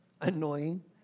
Annoying